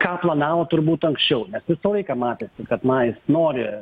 ką planavo turbūt anksčiau nes visą laiką matėsi kad na jis nori